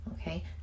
Okay